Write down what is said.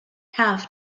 have